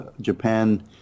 Japan